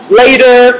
later